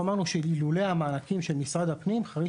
אמרנו שאלמלא המענקים של משרד הפנים חריש